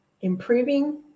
improving